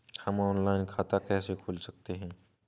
हम ऑनलाइन खाता कैसे खोल सकते हैं?